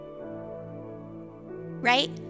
right